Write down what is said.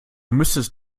müsstest